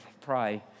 pray